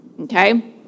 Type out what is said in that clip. Okay